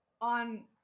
on